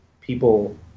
people